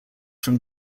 from